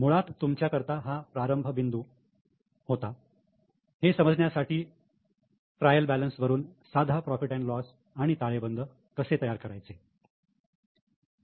मुळात तुमच्या करता हा प्रारंभ बिंदू होता हे समजण्यासाठी के ट्रायल बॅलन्स वरून साध profit and loss profit loss आणि ताळेबंद कसे तयार करायचे